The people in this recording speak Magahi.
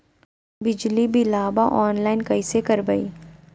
बिजली बिलाबा ऑनलाइन कैसे करबै?